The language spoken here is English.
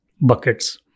buckets